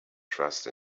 trust